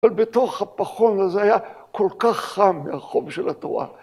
‫אבל בתוך הפחון הזה היה ‫כל כך חם מהחום של התורה.